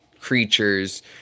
creatures